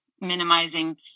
minimizing